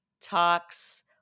talks